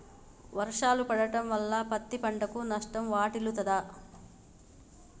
వర్షాలు పడటం వల్ల పత్తి పంటకు నష్టం వాటిల్లుతదా?